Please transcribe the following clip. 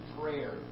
prayer